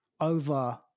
over